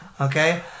okay